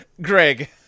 Greg